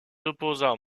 opposants